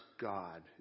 God